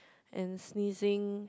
and sneezing